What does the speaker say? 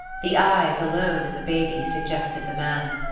the eyes alone in the baby suggested the man.